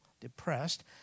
depressed